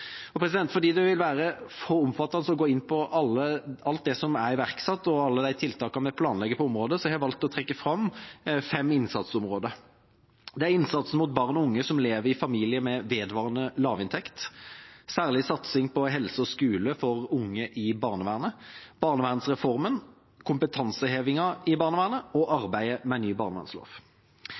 Fordi det vil være for omfattende å gå inn på alt det som er iverksatt, og alle de tiltakene vi planlegger på området, har jeg valgt å trekke fram fem innsatsområder. Det er innsatsen for barn og unge som lever i familier med vedvarende lavinntekt en særlig satsing på helse og skole for unge i barnevernet barnevernsreformen kompetansehevingen i barnevernet arbeidet med ny